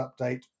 update